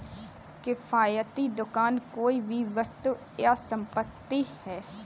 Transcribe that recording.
किफ़ायती दुकान कोई भी वस्तु या संपत्ति है